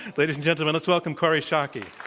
ladies and gentlemen, let's welcome kori schake. yeah